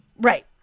Right